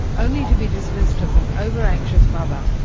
only to be dismissed as an overanxious mother,